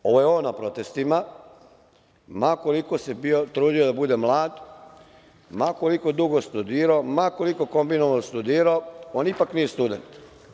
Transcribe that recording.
Ovo je on na protestima, ma koliko se bio trudio da bude mlad, ma koliko dugo studirao, ma koliko kombinovano studirao, on ipak nije student.